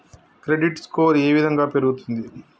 Credit score ఏ విధంగా పెరుగుతుంది?